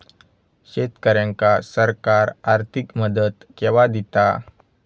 शेतकऱ्यांका सरकार आर्थिक मदत केवा दिता?